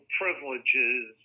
privileges